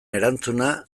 erantzuna